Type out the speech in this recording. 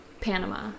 Panama